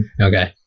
okay